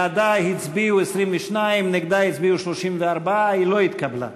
בעדה הצביעו 22, נגדה הצביעו 34. היא לא התקבלה.